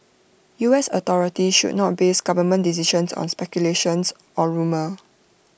U S authorities should not base government decisions on speculations or rumour